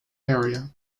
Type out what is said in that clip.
area